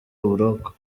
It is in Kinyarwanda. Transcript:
uburoko